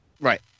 right